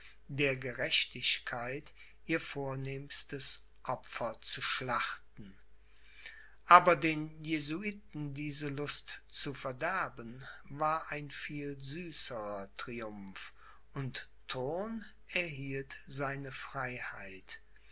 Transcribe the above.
der gerechtigkeit ihr vornehmstes opfer zu schlachten aber den jesuiten diese lust zu verderben war ein viel süßerer triumph und thurn erhielt seine freiheit